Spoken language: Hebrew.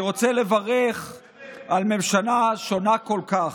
אני רוצה לברך על הממשלה השונה כל כך,